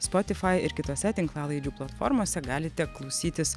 spotify ir kitose tinklalaidžių platformose galite klausytis